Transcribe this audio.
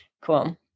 cool